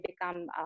become